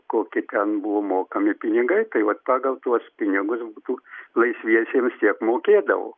kokie ten buvo mokami pinigai tai vat pagal tuos pinigus būtų laisviesiems tiek mokėdavo